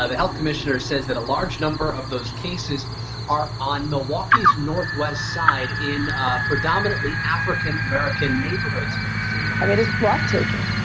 ah the health commissioner says that a large number of those cases are on milwaukee's northwest side in ah predominantly african american neighborhoods i mean, it's breathtaking.